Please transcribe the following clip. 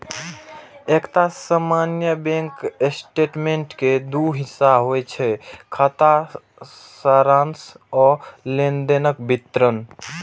एकटा सामान्य bank statement के दू हिस्सा होइ छै, खाता सारांश आ लेनदेनक विवरण